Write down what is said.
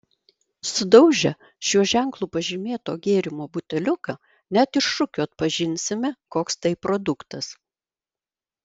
sudaužę šiuo ženklu pažymėto gėrimo buteliuką net iš šukių atpažinsime koks tai produktas